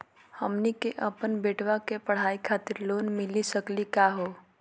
हमनी के अपन बेटवा के पढाई खातीर लोन मिली सकली का हो?